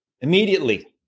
Immediately